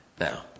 Now